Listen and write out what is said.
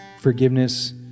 forgiveness